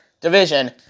division